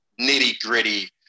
nitty-gritty